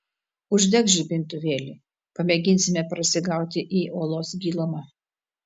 uždek žibintuvėlį pamėginsime prasigauti į olos gilumą